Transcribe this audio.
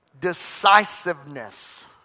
decisiveness